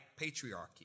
patriarchy